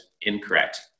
incorrect